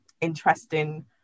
interesting